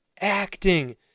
acting